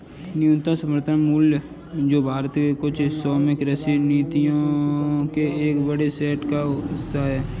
न्यूनतम समर्थन मूल्य जो भारत के कुछ हिस्सों में कृषि नीतियों के एक बड़े सेट का हिस्सा है